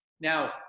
now